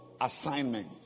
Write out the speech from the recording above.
assignment